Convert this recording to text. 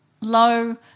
low